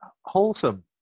wholesome